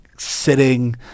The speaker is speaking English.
sitting